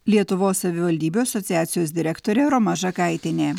lietuvos savivaldybių asociacijos direktorė roma žakaitienė